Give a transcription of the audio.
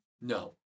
No